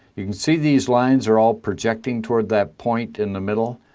you can see these lines are all projecting towards that point in the middle.